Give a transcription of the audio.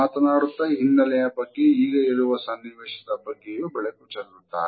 ಮಾತನಾಡುತ್ತ ಹಿನ್ನೆಲೆಯ ಬಗ್ಗೆ ಹಾಗೂ ಈಗ ಇರುವ ಸನ್ನಿವೇಶದ ಬಗ್ಗೆಯೂ ಬೆಳಕು ಚೆಲ್ಲುತ್ತಾರೆ